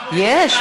אנחנו, יש.